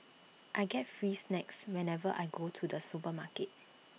I get free snacks whenever I go to the supermarket